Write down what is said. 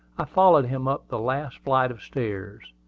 i followed him up the last flight of stairs.